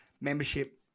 membership